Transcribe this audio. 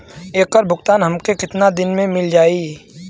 ऐकर भुगतान हमके कितना दिन में मील जाई?